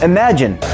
Imagine